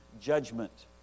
judgment